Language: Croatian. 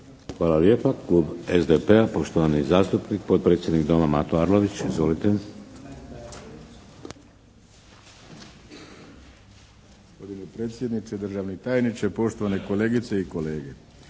Hvala lijepa. Klub SDP-a, poštovani zastupnik, potpredsjednik Doma, Mato Arlović. Izvolite. **Arlović, Mato (SDP)** Gospodine predsjedniče, državni tajniče, poštovane kolegice i kolege.